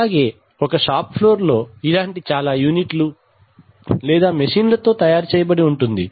అలాగే ఒక shop floor లో ఇలాంటి చాలా యూనిట్లు లేదా మిషిన్లతో తయారు చేయబడి ఉంటుంది